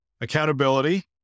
Accountability